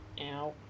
Ow